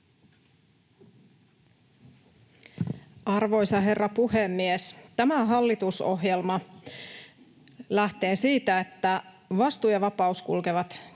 Arvoisa herra puhemies! Tämä hallitusohjelma lähtee siitä, että vastuu ja vapaus kulkevat käsi